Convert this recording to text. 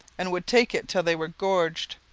and would take it till they were gorged.